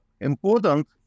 important